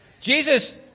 Jesus